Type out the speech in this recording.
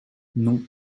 non